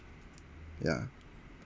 ya